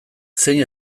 zein